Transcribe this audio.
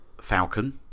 Falcon